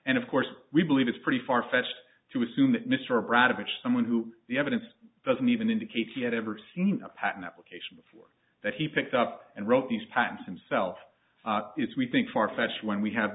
and of course we believe it's pretty farfetched to assume that mr brodrick someone who the evidence doesn't even indicate he had ever seen a patent application before that he picked up and wrote these patents himself is we think far fetched when we have